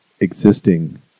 existing